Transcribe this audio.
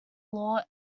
law